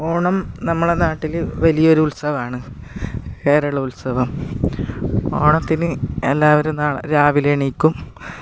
ഓണം നമ്മളുടെ നാട്ടിൽ വലിയൊരു ഉത്സവമാണ് കേരളോത്സവം ഓണത്തിന് എല്ലാവരും രാവിലെ എണീക്കും